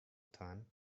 time